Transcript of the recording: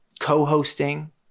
co-hosting